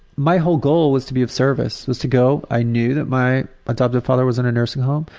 my whole goal was to be of service. was to go, i knew that my adoptive father was in a nursing home,